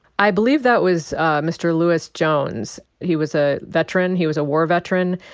i believe that was mr. louis jones. he was a veteran. he was a war veteran,